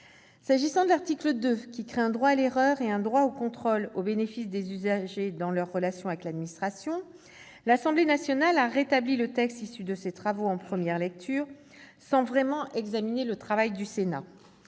S'agissant de l'article 2, qui crée un droit à l'erreur et un droit au contrôle au bénéfice des usagers dans leurs relations avec l'administration, l'Assemblée nationale a rétabli le texte issu de ses travaux en première lecture, sans vraiment examiner le travail du Sénat.